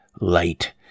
light